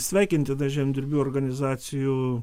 sveikintinas žemdirbių organizacijų